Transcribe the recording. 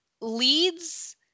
leads